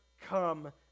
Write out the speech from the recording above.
come